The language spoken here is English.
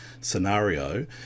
scenario